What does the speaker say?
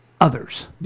others